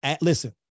listen